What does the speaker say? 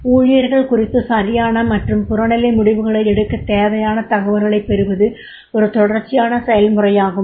ஊழியர்கள் குறித்து சரியான மற்றும் புறநிலை முடிவுகளை எடுக்கத் தேவையான தகவல்களைப் பெறுவது ஒரு தொடர்ச்சியான செயல்முறையாகும்